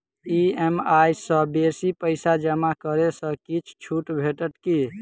EMI सँ बेसी पैसा जमा करै सँ किछ छुट भेटत की?